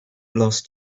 lost